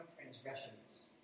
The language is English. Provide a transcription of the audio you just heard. transgressions